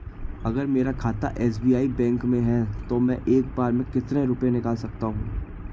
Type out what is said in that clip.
अगर मेरा खाता एस.बी.आई बैंक में है तो मैं एक बार में कितने रुपए निकाल सकता हूँ?